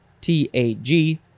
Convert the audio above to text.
T-A-G